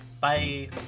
Bye